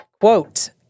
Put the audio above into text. Quote